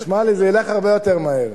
שמע לי, זה ילך הרבה יותר מהר.